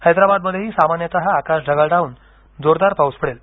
हैदराबादमध्येही सामान्यतः आकाश ढगाळ राहून जोरदार पाऊस पडेल